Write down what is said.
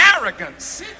arrogance